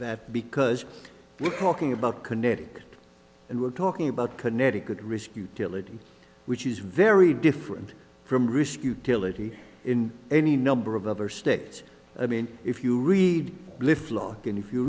that because we're talking about kinetic and we're talking about connecticut risk utility which is very different from risk utility in any number of other states i mean if you read lift law and if you